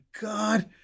God